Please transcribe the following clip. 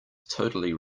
totally